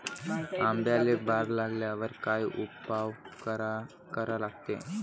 आंब्याले बार आल्यावर काय उपाव करा लागते?